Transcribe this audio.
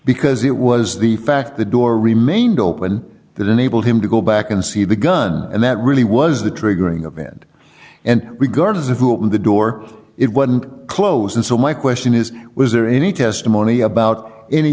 because it was the fact the door remained open that enabled him to go back and see the gun and that really was the triggering event and regardless of who opened the door it wasn't close and so my question is was there any testimony about any